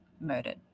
murdered